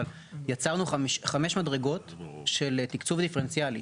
אבל יצרנו חמש מדרגות של תקצוב דיפרנציאלי